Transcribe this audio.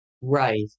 Right